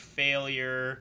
failure